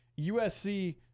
USC